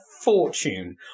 fortune